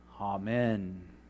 Amen